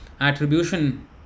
attribution